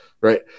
right